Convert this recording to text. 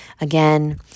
again